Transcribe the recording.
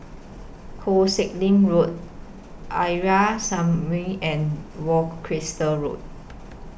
Koh Sek Lim Road Arya Samaj and Worcester Road